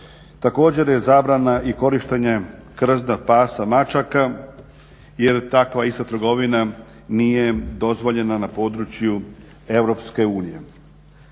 Također, je zabrana i korištenje krzna pasa, mačaka jer takva isto trgovina nije dozvoljena na području EU.